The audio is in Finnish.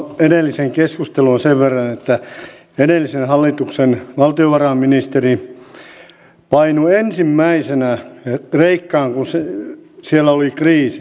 tuohon edelliseen keskusteluun sen verran että edellisen hallituksen valtiovarainministeri painui ensimmäisenä kreikkaan kun siellä oli kriisi